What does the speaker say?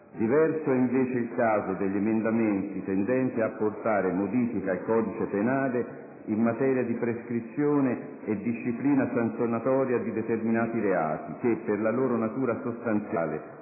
Diverso è invece il caso degli emendamenti tendenti ad apportare modifiche al codice penale in materia di prescrizione e disciplina sanzionatoria di determinati reati che, per la loro natura sostanziale